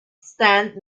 stand